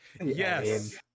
Yes